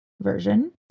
version